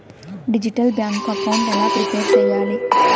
Digital bank account ఎలా prepare సెయ్యాలి?